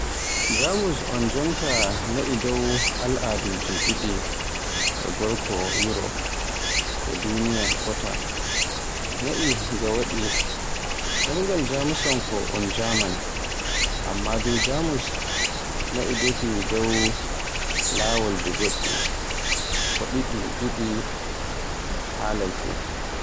Jamus on jonta na'i dow al'aduji ɗiɗi e gorko Yurop e duniya fota. Na'i ga waɗi. Demgal Jamusanko on "German". Amman dow Jamus, na'i dafi dow laawolji goɗɗi, ko ɗiɗi ɗiɗi haalaaka.